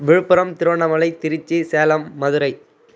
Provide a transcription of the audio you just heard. Villupuram Tiruvannamalai Tiruchi Salem Madurai